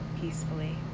peacefully